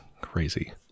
crazy